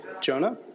Jonah